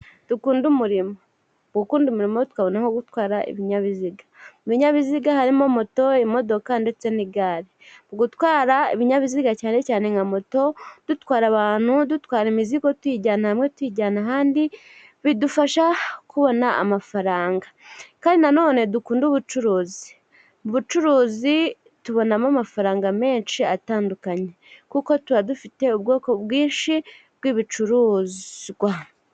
Dukunde umurimo, gukunda umurimo tukabona aho gutwara ibinyabiziga ,mu binyabiziga harimo moto, imodoka ndetse n'igare, gutwara ibinyabiziga cyane cyane nka moto, dutwara abantu, dutwara imizigo tuyijyana hamwe tujyana ahandi ,bidufasha kubona amafaranga, kandi nanone dukunda ubucuruzi. Ubucuruzi tubonamo amafaranga menshi atandukanye, kuko tuba dufite ubwoko bwinshi bw'ibicuruzwa.